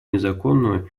незаконную